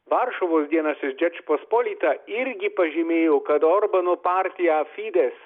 varšuvos dienraštis džečpospolita irgi pažymėjo kad orbano partiją fidez